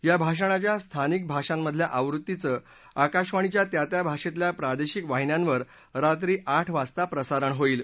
या भाषणाच्या स्थानिक भाषांमधल्या आवृत्तीचं आकाशवाणीच्या त्या त्या भाषक्किया प्रादश्रिक वाहिन्यांवर रात्री आठ वाजता प्रसारित क्लि जाईल